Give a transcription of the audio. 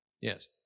Yes